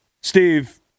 Steve